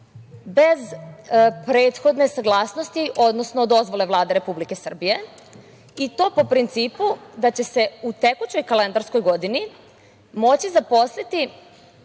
bez prethodne saglasnosti, odnosno dozvole Vlade Republike Srbije i to po principu da će se u tekućoj kalendarskoj godini moći zaposliti